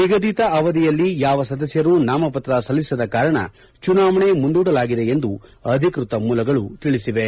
ನಿಗದಿತ ಅವಧಿಯಲ್ಲಿ ಯಾವ ಸದಸ್ಟರೂ ನಾಮಪತ್ರ ಸಲ್ಲಿಸದ ಕಾರಣ ಚುನಾವಣೆ ಮುಂದೂಡಲಾಗಿದೆ ಎಂದು ಅಧಿಕೃತ ಮೂಲಗಳು ತಿಳಿಸಿವೆ